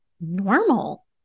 normal